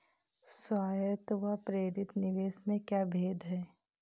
स्वायत्त व प्रेरित निवेश में क्या भेद है?